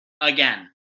again